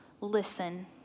listen